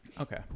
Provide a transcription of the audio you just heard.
Okay